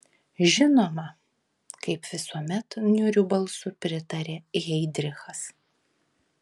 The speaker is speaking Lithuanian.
žinoma kaip visuomet niūriu balsu pritarė heidrichas